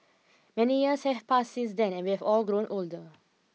many years have passed since then and we have all grown older